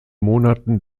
monaten